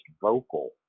vocal